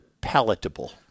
palatable